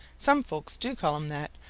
some folks do call him that,